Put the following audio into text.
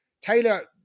Taylor